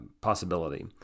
possibility